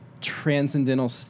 transcendental